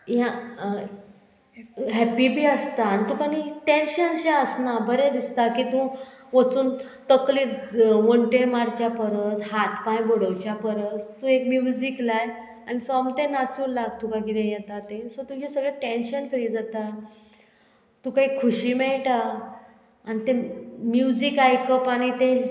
ह्या हॅप्पी बी आसता आनी तुका टेंशन अशें आसना बरें दिसता की तूं वचून तकले वंटेर मारच्या परस हात पांय बडोवच्या परस तूं एक म्युजीक लाय आनी सोमतें नाचू लाग तुका कितें येता तें सो तुगें सगळें टेंशन फ्री जाता तुका एक खुशी मेळटा आनी तें म्युजीक आयकप आनी तें